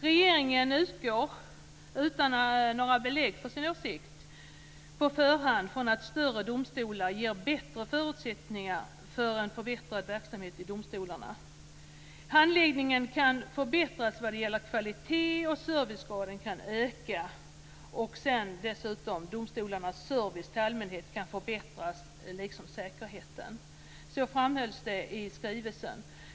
Regeringen utgår, utan att ha några belägg för sin åsikt, på förhand från att större domstolar ger bättre förutsättningar för en förbättrad verksamhet i domstolarna. Handläggningen kan förbättras vad gäller kvalitet, och servicegraden kan öka. Dessutom kan domstolens service till allmänheten förbättras liksom säkerheten. Så framhölls det i skrivelsen.